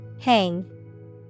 Hang